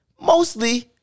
Mostly